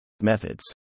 Methods